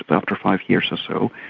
but after five years or so,